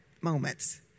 moments